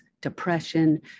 depression